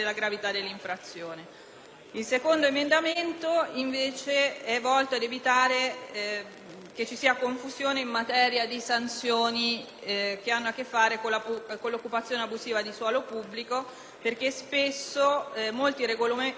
che vi sia confusione in materia di sanzioni che hanno a che fare con l'occupazione abusiva di suolo pubblico, perché molti regolamenti comunali già prevedono il ripristino dello stato dei luoghi. Quindi si dice che le disposizioni